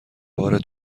بار